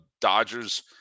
Dodgers